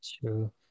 True